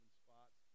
spots